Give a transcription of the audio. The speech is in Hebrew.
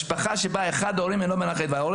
משפחה שבה אחד ההורים אינו בין החיים וההורה